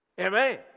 Amen